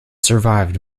survived